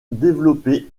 développé